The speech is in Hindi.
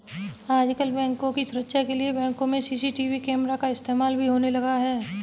आजकल बैंकों की सुरक्षा के लिए बैंकों में सी.सी.टी.वी कैमरा का इस्तेमाल भी होने लगा है